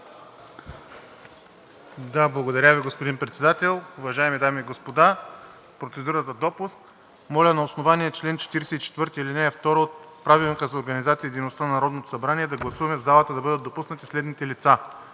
Благодаря Ви, господин Председател. Уважаеми дами и господа! Процедура за допуск. Моля на основание чл. 44, ал. 2 от Правилника за организацията и дейността на Народното събрание да гласуваме в залата да бъдат допуснати следните лица: